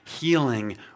healing